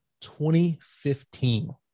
2015